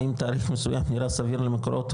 האם תאריך מסוים נראה סביר למקורות,